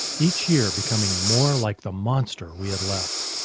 each year becoming more like the monster we had left.